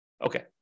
Okay